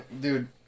Dude